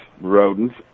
rodents